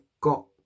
got